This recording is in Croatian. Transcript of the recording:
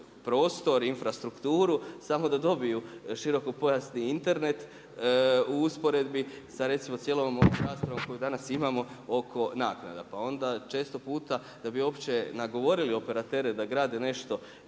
prostor i infrastrukturu, samo da dobiju širokopojasni Internet u usporedbi sa recimo cijelom ovom raspravom koju danas imamo oko naknada, pa onda često puta, da bi uopće govorili operatere da grade nešto